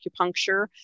acupuncture